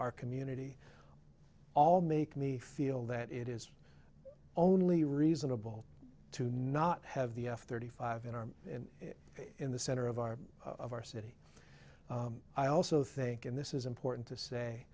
our community all make me feel that it is only reasonable to not have the f thirty five in our in the center of our of our city i also think in this is important to say